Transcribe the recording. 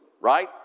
Right